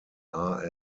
are